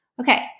Okay